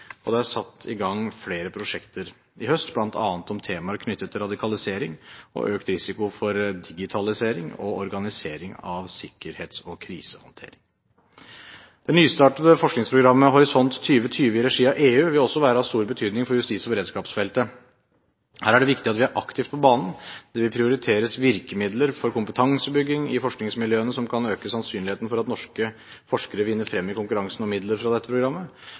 og det er satt i gang flere prosjekter i høst, bl.a. om temaer knyttet til radikalisering, økt risiko ved digitalisering og organisering av sikkerhets- og krisehåndtering. Det nystartede forskningsprogrammet Horisont 2020 i regi av EU vil også være av stor betydning for justis- og beredskapsfeltet. Her er det viktig at vi er aktivt på banen. Det vil prioriteres virkemidler for kompetansebygging i forskningsmiljøene som kan øke sannsynligheten for at norske forskere vinner frem i konkurransen om midler fra dette programmet.